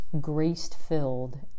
grace-filled